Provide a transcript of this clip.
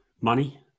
money